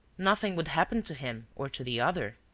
nothing would happen to him or to the other.